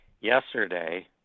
yesterday